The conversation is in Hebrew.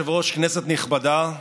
אדוני היושב-ראש, כנסת נכבדה,